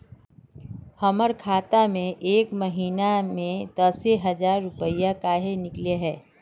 हमर खाता में एक महीना में दसे हजार रुपया काहे निकले है?